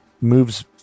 moves